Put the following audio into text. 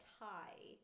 tie